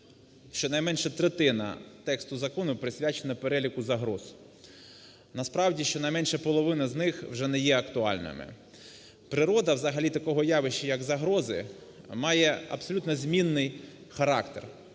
щонайменше третина тексту закону присвячена переліку загроз. Насправді щонайменша половина з них вже не є актуальними. Природа взагалі такого явища, як загрози, має абсолютно змінний характер.